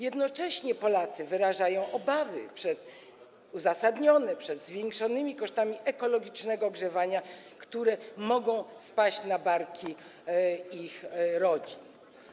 Jednocześnie Polacy wyrażają uzasadnione obawy przed zwiększonymi kosztami ekologicznego ogrzewania, które mogą spaść na barki ich rodzin.